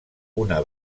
una